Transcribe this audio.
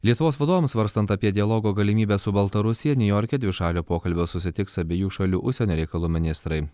lietuvos vadovams svarstant apie dialogo galimybę su baltarusija niujorke dvišalio pokalbio susitiks abiejų šalių užsienio reikalų ministrai